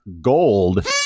Gold